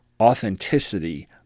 authenticity